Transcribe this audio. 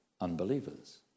unbelievers